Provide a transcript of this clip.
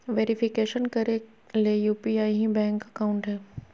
verification करे ले UPI ही बैंक अकाउंट हइ